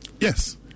Yes